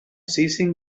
seizing